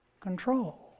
control